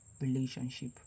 relationship